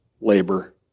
labor